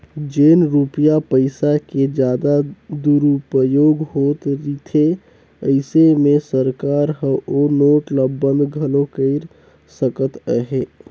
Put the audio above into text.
जेन रूपिया पइसा के जादा दुरूपयोग होत रिथे अइसे में सरकार हर ओ नोट ल बंद घलो कइर सकत अहे